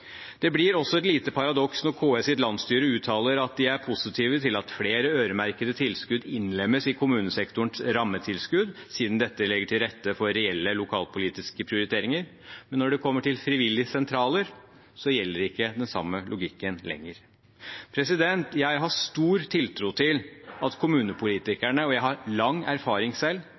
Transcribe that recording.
Det blir også et lite paradoks når KS’ landsstyre uttaler at de er positive til at flere øremerkede tilskudd innlemmes i kommunesektorens rammetilskudd, siden dette legger til rette for reelle lokalpolitiske prioriteringer, men når det kommer til frivilligsentraler, gjelder ikke den samme logikken lenger. Jeg har stor tiltro til at kommunepolitikerne – og jeg har lang erfaring selv